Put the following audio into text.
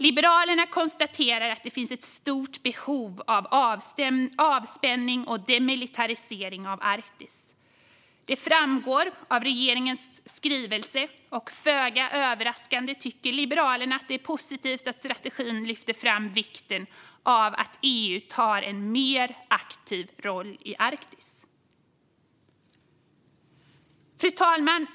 Liberalerna konstaterar att det finns ett stort behov av avspänning och demilitarisering av Arktis. Det framgår av regeringens skrivelse. Föga överraskande tycker Liberalerna att det är positivt att vikten av att EU tar en mer aktiv roll i Arktis lyfts fram i strategin. Fru talman!